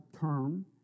term